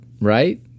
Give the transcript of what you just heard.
right